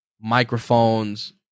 microphones